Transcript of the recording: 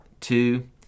Two